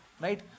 Right